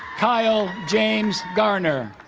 kyle james garner